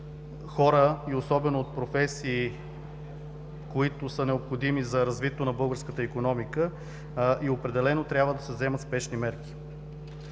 хора, особено от професии, които са необходими за развитието на българската икономика, и определено трябва да се вземат спешни мерки.